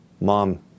mom